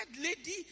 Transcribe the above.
lady